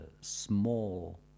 small